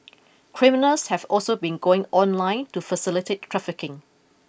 criminals have also been going online to facilitate trafficking